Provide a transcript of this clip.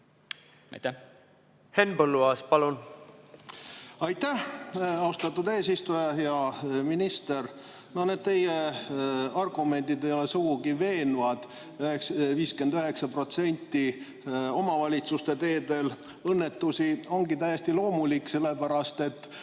Henn Põlluaas, palun! Aitäh, austatud eesistuja! Hea minister! No need teie argumendid ei ole sugugi veenvad. 59% õnnetusi omavalitsuste teedel ongi täiesti loomulik, sellepärast et